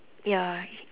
ya